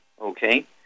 Okay